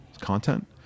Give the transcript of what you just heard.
content